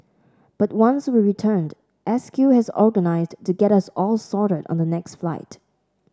but once we returned S Q has organised to get us all sorted on the next flight